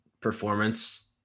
Performance